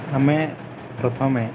ଆମେ ପ୍ରଥମେ